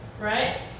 right